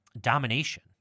domination